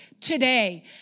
today